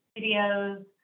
videos